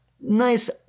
nice